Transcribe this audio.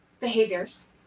behaviors